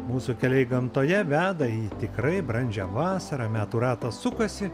mūsų keliai gamtoje veda į tikrai brandžią vasarą metų ratas sukasi